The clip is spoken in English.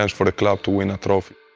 and for the club to win a trophy.